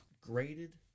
graded